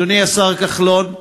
אדוני השר כחלון,